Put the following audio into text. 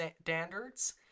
standards